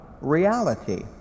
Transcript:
reality